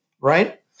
right